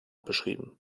beschrieben